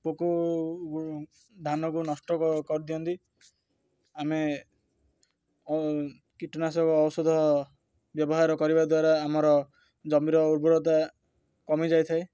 ପୋକ ଧାନକୁ ନଷ୍ଟ କରିଦିଅନ୍ତି ଆମେ କୀଟନାଶକ ଔଷଧ ବ୍ୟବହାର କରିବା ଦ୍ୱାରା ଆମର ଜମିର ଉର୍ବରତା କମିଯାଇ ଥାଏ